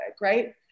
right